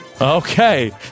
Okay